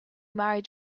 married